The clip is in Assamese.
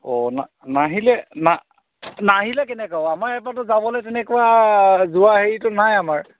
অ' না নাহিলে না নাহিলে কেনেকৈ হ'ব আমাৰ ইয়াৰ পৰাতো যাবলৈ তেনেকুৱা যোৱা হেৰিটো নাই আমাৰ